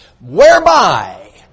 whereby